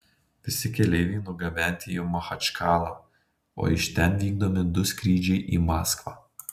visi keleiviai nugabenti į machačkalą o iš ten vykdomi du skrydžiai į maskvą